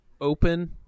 open